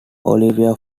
olivia